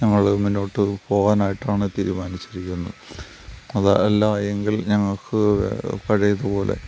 ഞങ്ങൾ മുന്നോട്ട് പോവാനായിട്ടാണ് തീരുമാനിച്ചിരിക്കുന്നത് അത് അല്ലാ എങ്കിൽ ഞങ്ങൾക്ക് പഴയതുപോലെ